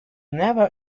never